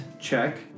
check